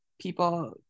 people